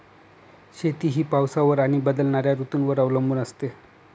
शेती ही पावसावर आणि बदलणाऱ्या ऋतूंवर अवलंबून असते